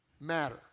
matter